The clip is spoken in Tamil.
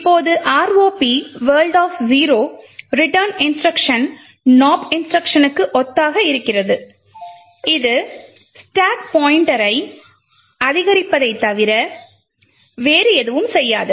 இப்போது ROP world return instruction nop இன்ஸ்ட்ருக்ஷனுக்கு ஒத்ததாக இருக்கிறது இது ஸ்டாக் பாய்ண்ட்டரை அதிகரிப்பதைத் தவிர வேறு எதுவும் செய்யாது